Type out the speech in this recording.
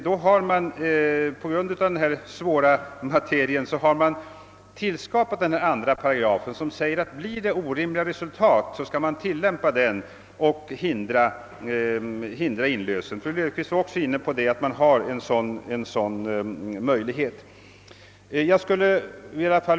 På grund av denna svåra materia har man tillskapat 2 §, som säger att blir det orimliga resultat, skall den tillämpas och inlösen därmed förhindras. Fru Löfqvist nämnde också denna möjlighet.